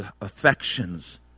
affections